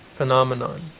phenomenon